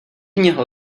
něho